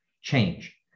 change